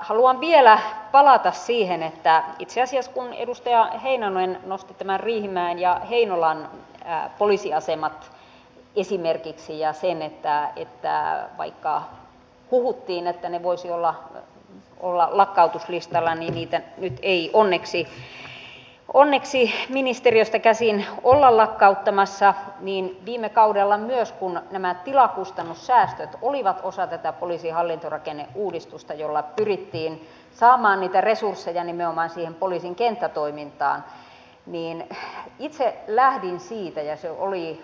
haluan vielä palata siihen itse asiassa kun edustaja heinonen nosti nämä riihimäen ja heinolan poliisiasemat esimerkiksi ja sen että vaikka huhuttiin että ne voisivat olla lakkautuslistalla niin niitä nyt ei onneksi ministeriöstä käsin olla lakkauttamassa että viime kaudella myös kun nämä tilakustannussäästöt olivat osa tätä poliisin hallintorakenneuudistusta jolla pyrittiin saamaan niitä resursseja nimenomaan siihen poliisin kenttätoimintaan itse lähdin siitä ja se